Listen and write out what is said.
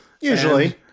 usually